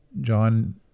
John